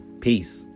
peace